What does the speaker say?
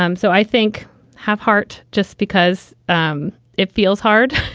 um so i think have heart just because um it feels hard.